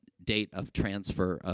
date of transfer, ah,